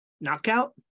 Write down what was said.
knockout